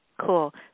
Cool